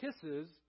kisses